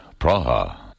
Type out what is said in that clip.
Praha